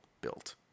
built